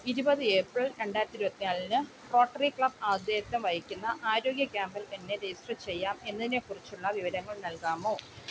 ഇരുപത് ഏപ്രിൽ രണ്ടായിരത്തി ഇരുപത്തി നാലിന് റോട്ടറി ക്ലബ് ആതിഥേയത്വം വഹിക്കുന്ന ആരോഗ്യ ക്യാമ്പിൽ എങ്ങനെ രെജിസ്റ്റർ ചെയ്യാം എന്നതിനെക്കുറിച്ചുള്ള വിവരങ്ങൾ നൽകാമോ